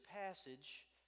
passage